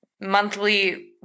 monthly